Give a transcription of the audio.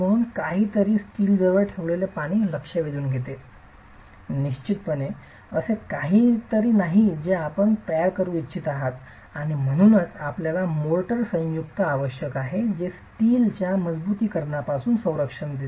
म्हणूनच काहीतरी स्टीलच्या जवळ ठेवलेले पाणी लक्ष वेधून घेते निश्चितपणे असे काहीतरी नाही जे आपण तयार करू इच्छित आहात आणि म्हणूनच आपल्याला मोर्टार संयुक्त आवश्यक आहे जे स्टीलला मजबुतीकरणपासून संरक्षण देते